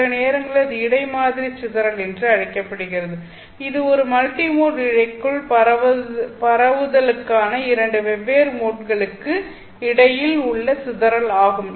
சில நேரங்களில் இது இடை மாதிரி சிதறல் என்றும் அழைக்கப்படுகிறது இது ஒரு மல்டிமோட் இழைக்குள் பரவுதலுக்கான இரண்டு வெவ்வேறு மோட்களுக்கு இடையில் உள்ள சிதறல் ஆகும்